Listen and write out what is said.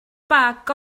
bag